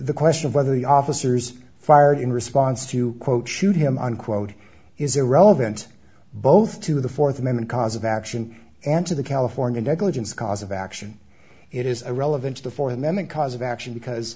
the question of whether the officers fired in response to quote shoot him unquote is irrelevant both to the fourth amendment cause of action and to the california negligence cause of action it is irrelevant to the fore and then the cause of action because